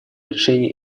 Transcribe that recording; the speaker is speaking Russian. решения